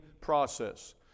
process